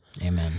Amen